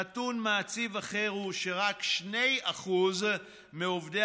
נתון מעציב אחר הוא שרק 2% מעובדי